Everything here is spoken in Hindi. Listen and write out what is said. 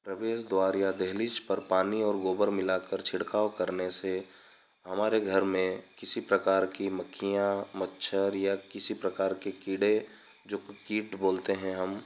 प्रवेश द्वार या दहलीज़ पर पानी और गोबर मिलाकर छिड़काव करने से हमारे घर में किसी प्रकार की मक्खियाँ मच्छर या किसी प्रकार के कीड़े जो की किट बोलते है हम